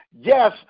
Yes